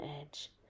edge